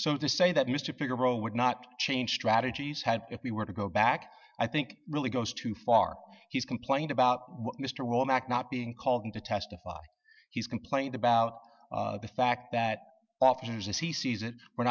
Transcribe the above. so to say that mr pickerel would not change strategies had if we were to go back i think really goes too far he's complained about mr womack not being called to testify he's complained about the fact that officers as he sees it were